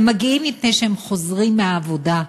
הם מגיעים מפני שהם חוזרים מהעבודה,